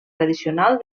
tradicional